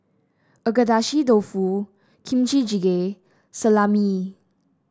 Agedashi Dofu Kimchi Jjigae Salami